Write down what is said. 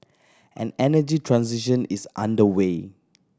an energy transition is underway